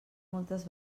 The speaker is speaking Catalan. moltes